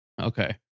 Okay